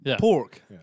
Pork